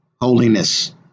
Holiness